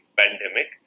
pandemic